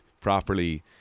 properly